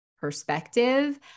perspective